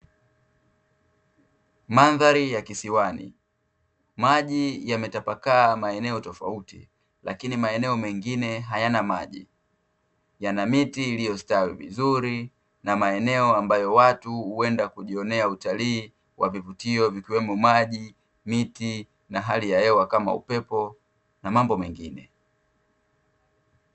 Mandhari ya kisiwani, maji yametapakaa maeneo tofauti lakini maeneo mengine hayana maji yana miti iliyostawi vizuri na maeneo ambayo watu huenda kujionea utalii wakivutio vikiwemo maji, miti na hali ya hewa kama upepo na mambo mengine.